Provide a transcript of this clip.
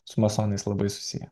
su masonais labai susiję